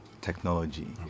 technology